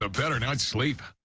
a better night's sleep.